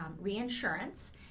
reinsurance